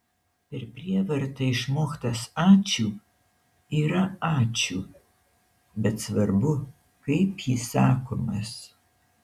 per prievartą išmoktas ačiū yra ačiū bet svarbu kaip jis sakomas